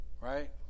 right